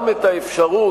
גם את האפשרות